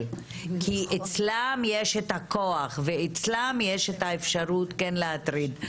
כי אצלם יש הכוח ואת האפשרות להטריד.